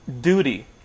Duty